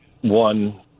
one